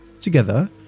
Together